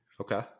Okay